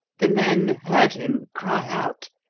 the men heard him cry out,